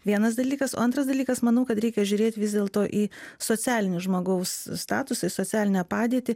vienas dalykas o antras dalykas manau kad reikia žiūrėt vis dėlto į socialinį žmogaus statusą į socialinę padėtį